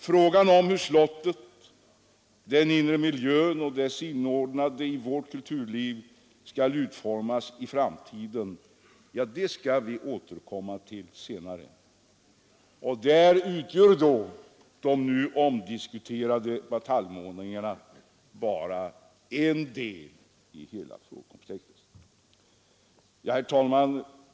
Frågan om hur slottet skall inordnas i vårt kulturliv och hur dess inre miljö skall utformas i framtiden återkommer vi till senare. Där utgör de nu omdiskuterade bataljmålningarna bara en del i hela frågekomplexet. Herr talman!